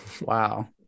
Wow